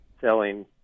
selling